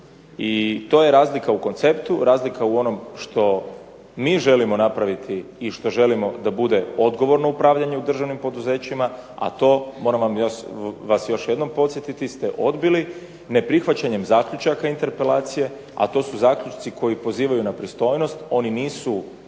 I to je razlika u konceptu, razlika u onom što mi želimo napraviti i što želimo da bude odgovorno upravljanje u državnim poduzećima, a to moram vas još jedanput podsjetiti ste odbili ne prihvaćanjem zaključaka interpelacije, a to su zaključci koji pozivaju na pristojnost, oni nisu